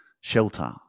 shelter